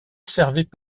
servaient